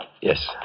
Yes